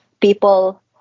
people